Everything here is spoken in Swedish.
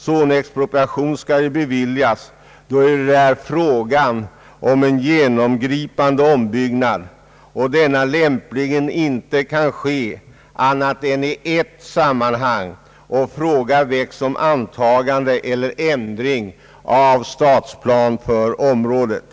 Zonexpropriation skall beviljas då det är fråga om en genomgripande ombyggnad och denna lämpligen inte kan ske annat än i ett sammanhang och fråga har väckts om antagande eller ändring av stadsplan för området.